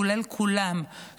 כולל כולם,